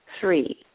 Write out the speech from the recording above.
Three